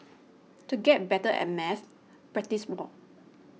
to get better at maths practise more